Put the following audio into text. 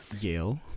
Yale